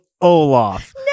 Olaf